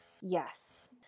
Yes